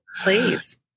please